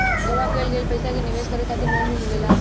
जामा कईल गईल पईसा के निवेश करे खातिर लोन भी मिलेला